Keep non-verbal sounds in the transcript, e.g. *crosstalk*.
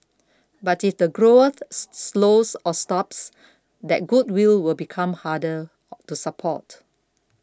but if the growth *unintelligible* slows or stops that goodwill will become harder to support